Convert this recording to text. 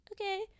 okay